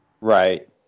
Right